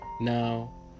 Now